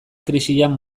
krisian